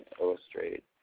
illustrate